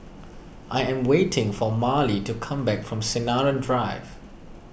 I am waiting for Marlie to come back from Sinaran Drive